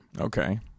Okay